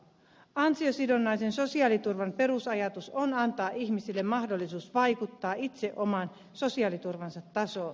ansiosidonnaisen sosiaaliturvan perusajatus on antaa ihmisille mahdollisuus vaikuttaa itse oman sosiaaliturvansa tasoon